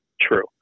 true